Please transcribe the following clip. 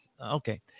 Okay